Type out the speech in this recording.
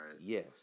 Yes